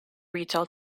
retail